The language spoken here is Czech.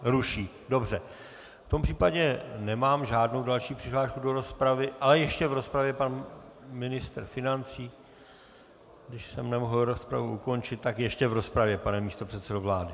Ruší, v tom případě nemám žádnou další přihlášku do rozpravy, ale ještě v rozpravě pan ministr financí, když jsem nemohl rozpravu ukončit, tak ještě v rozpravě, pane místopředsedo vlády.